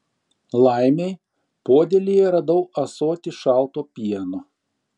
laimei podėlyje radau ąsotį šalto pieno